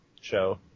show